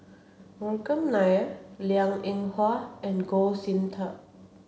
Vikram Nair Liang Eng Hwa and Goh Sin Tub